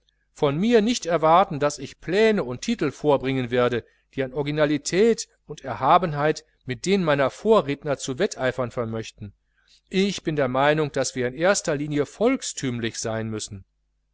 von mir nicht erwarten daß ich pläne und titel vorbringen werde die an originalität und erhabenheit mit denen meiner herren vorredner zu wetteifern vermöchten ich bin der meinung daß wir in erster linie volkstümlich sein müssen